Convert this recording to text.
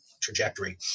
trajectory